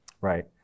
Right